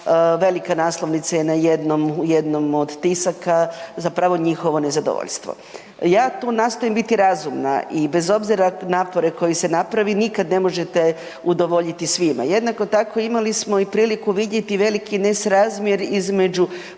velika naslovnica je u jednom od tisaka zapravo njihovo nezadovoljstvo. Ja tu nastojim biti razumna i bez obzira na napor koji se napravi nikad ne možete udovoljiti svima. Jednako tako imali smo i priliku vidjeti i veliki nesrazmjer između